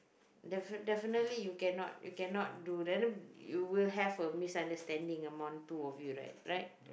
defi~ definitely you cannot you cannot do then you will have a misunderstanding among the two of you right right